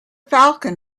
falcon